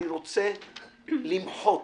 אני רוצה למחות